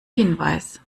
hinweis